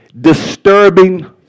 disturbing